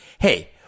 Hey